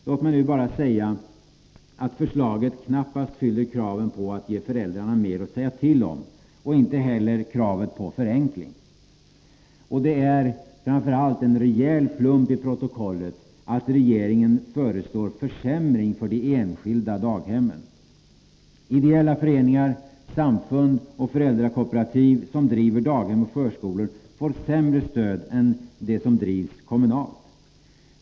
Låt mig nu bara säga att förslaget knappast uppfyller kravet på att föräldrarna skall få mer att säga till om eller kravet på förenkling. Och det är framför allt en rejäl plump i protokollet att regeringen föreslår en försämring för de enskilda daghemmen. De daghem och förskolor som drivs av ideella föreningar, samfund och föräldrakooperativ får sämre stöd än de som drivs kommunalt.